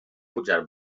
pujar